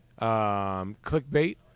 clickbait